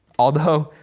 although,